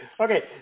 Okay